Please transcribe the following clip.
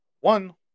one